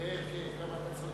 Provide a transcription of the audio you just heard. מה אתה מדבר?